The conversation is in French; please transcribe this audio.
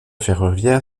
ferroviaire